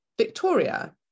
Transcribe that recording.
Victoria